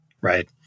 right